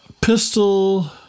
Pistol